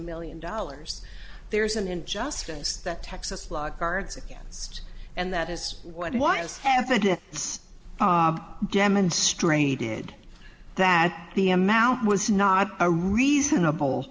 million dollars there's an injustice that texas law guards against and that is what why is half a day demonstrated that the amount was not a reasonable